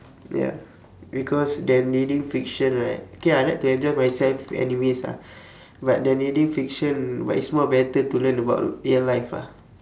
ya because then reading fiction right K ah I like to enjoy myself with animes ah but then reading fiction but it's more better to learn about real life ah